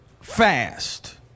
fast